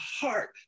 heart